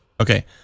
Okay